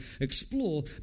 explore